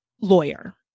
lawyer